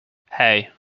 hey